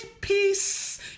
peace